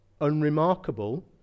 unremarkable